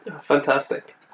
fantastic